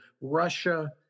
Russia